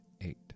eight